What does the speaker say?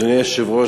אדוני היושב-ראש,